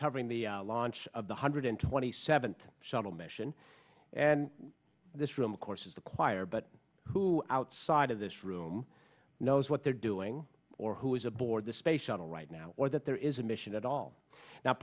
covering the launch of the hundred twenty seventh shuttle mission and this room of course is the choir but who outside of this room knows what they're doing or who is aboard the space shuttle right now or that there is a mission at all no